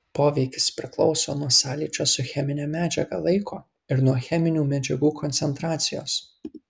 poveikis priklauso nuo sąlyčio su chemine medžiaga laiko ir nuo cheminių medžiagų koncentracijos